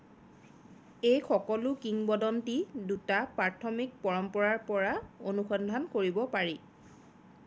এই সকলো কিংবদন্তি দুটা প্ৰাথমিক পৰম্পৰাৰ পৰা অনুসন্ধান কৰিব পাৰি